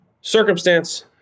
circumstance